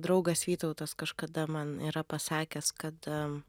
draugas vytautas kažkada man yra pasakęs kada